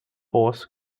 horse